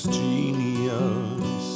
genius